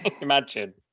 Imagine